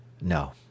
No